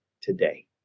today